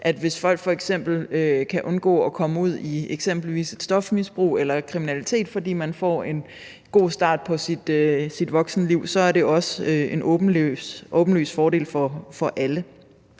Hvis folk kan undgå at komme ud i eksempelvis stofmisbrug eller kriminalitet, fordi de får en god start på deres voksenliv, så er det også en åbenlys fordel for alle.